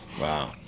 Wow